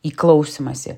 į klausymąsi